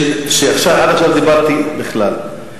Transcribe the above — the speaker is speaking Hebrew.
עד עכשיו דיברתי בכלל,